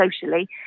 socially